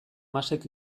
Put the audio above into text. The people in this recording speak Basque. masek